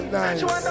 nice